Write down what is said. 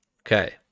Okay